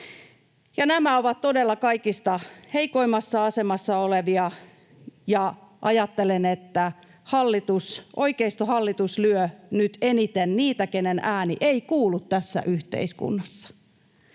Nämä ovat todella kaikista heikoimmassa asemassa olevia, ja ajattelen, että oikeistohallitus lyö nyt eniten niitä, keiden ääni ei kuulu tässä yhteiskunnassa.